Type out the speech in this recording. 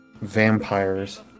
vampires